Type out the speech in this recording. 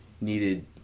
needed